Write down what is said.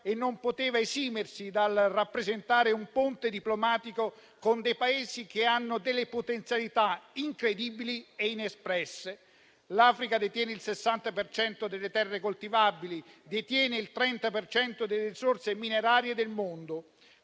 e non poteva esimersi dal rappresentare un ponte diplomatico con Paesi che hanno potenzialità incredibili e inespresse. L'Africa detiene il 60 per cento delle terre coltivabili e il 30 per cento delle risorse minerarie del mondo.